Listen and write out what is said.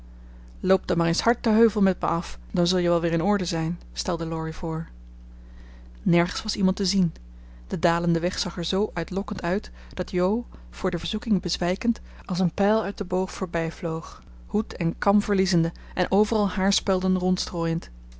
loop dan maar eens hard den heuvel met me af dan zul je wel weer in orde zijn stelde laurie voor nergens was iemand te zien de dalende weg zag er zoo uitlokkend uit dat jo voor de verzoeking bezwijkend als een pijl uit den boog vooruit vloog hoed en kam verliezende en overal haarspelden rondstrooiend